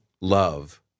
love